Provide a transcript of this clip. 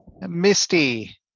Misty